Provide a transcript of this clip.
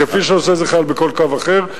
כפי שעושה את זה חייל בכל קו אחר.